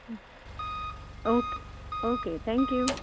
okay okay thank you